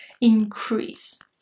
increase